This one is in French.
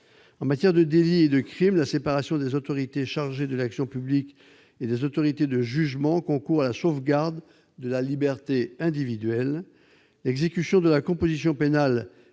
En matière de délits et de crimes, la séparation des autorités chargées de l'action publique et des autorités de jugement concourt à la sauvegarde de la liberté individuelle. L'exécution de la composition pénale